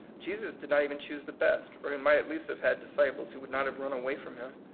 jesus did not even choose the best, or he might at least have had disciples who would not have run away from him.